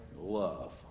Love